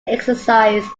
exercise